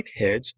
Whiteheads